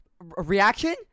Reaction